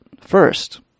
first